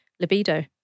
libido